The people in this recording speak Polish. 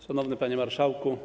Szanowny Panie Marszałku!